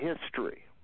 history